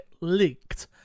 leaked